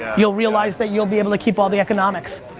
you'll realize that you'll be able to keep all the economics.